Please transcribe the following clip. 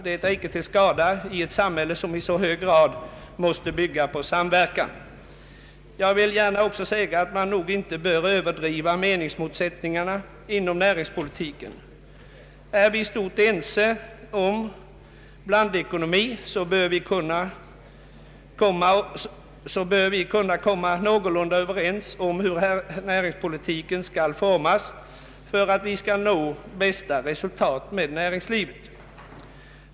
Det är inte till skada i ett samhälle som i så hög grad måste bygga på samverkan. Jag vill gärna också säga, att man nog inte bör överdriva meningsmotsättningarna inom näringspolitiken. är vi i stort sett ense om blandekonomi, så bör vi kunna komma någorlunda överens om hur näringspolitiken skall formas för att vi skall nå bästa resultat med näringslivet.